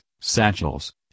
satchels